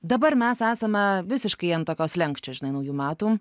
dabar mes esame visiškai an tokio slenksčio žinai naujų metų